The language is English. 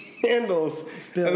Candles